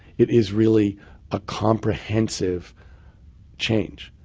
it is really a comprehensive change.